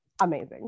Amazing